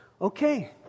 Okay